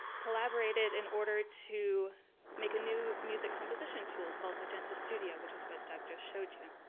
collaborated in order to make a new music composition tool called magenta studio, which is what doug just showed you.